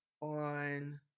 on